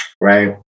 Right